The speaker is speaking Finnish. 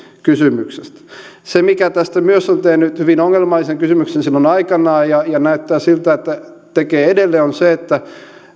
kysymyksestä se mikä tästä on myös tehnyt hyvin ongelmallisen kysymyksen silloin aikanaan ja ja näyttää siltä että tekee edelleen on se että